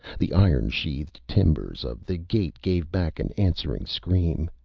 the iron-sheathed timbers of the gate gave back an answering scream,